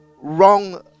wrong